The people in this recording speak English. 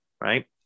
right